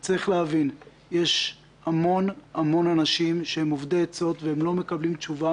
צריך להבין שיש המון אנשים אובדי עצות שאינם מקבלים תשובה